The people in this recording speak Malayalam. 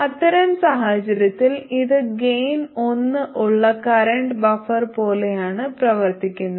അത്തരം സാഹചര്യത്തിൽ ഇത് ഗെയിൻ ഒന്ന് ഉള്ള കറന്റ് ബഫർ പോലെയാണ് പ്രവർത്തിക്കുന്നത്